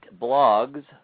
blogs